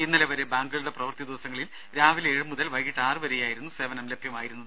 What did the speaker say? ഇന്നലെ വരെ ബാങ്കുകളുടെ പ്രവൃത്തി ദിവസങ്ങളിൽ രാവിലെ ഏഴു മുതൽ വൈകീട്ട് ആറു വരെയായിരുന്നു സേവനം ലഭ്യമായിരുന്നത്